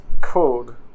code